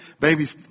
babies